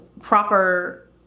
proper